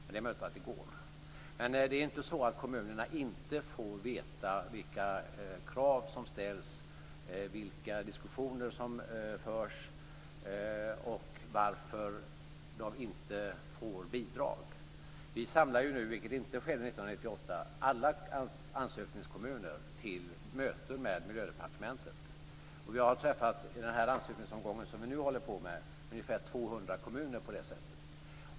Men det är möjligt att det går. Det är inte så att kommunerna inte får veta vilka krav som ställs, vilka diskussioner som förs, och varför de inte får bidrag. Vi samlar nu, vilket inte skedde 1998, alla ansökningskommuner till möten med Miljödepartementet. I den ansökningsomgång som vi nu håller på med har jag träffat ungefär 200 kommuner på det sättet.